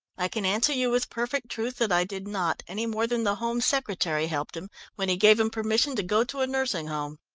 i can answer you with perfect truth that i did not, any more than the home secretary helped him when he gave him permission to go to a nursing home.